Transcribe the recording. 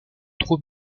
trop